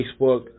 Facebook